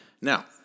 Now